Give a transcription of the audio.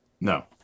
no